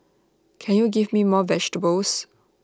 can you give me more vegetables